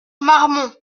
marmont